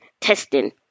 testing